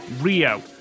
Rio